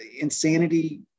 insanity